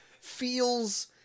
feels